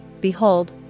Behold